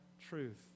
truth